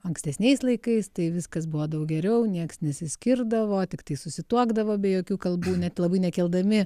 ankstesniais laikais tai viskas buvo daug geriau nieks nesiskirdavo tiktai susituokdavo be jokių kalbų net labai nekeldami